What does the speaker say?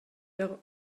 der